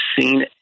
seen